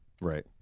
Right